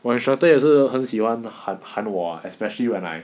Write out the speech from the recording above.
我 instructor 也是很喜欢喊喊我 ah especially when I